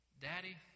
Daddy